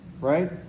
Right